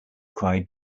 cried